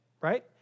right